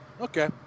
Okay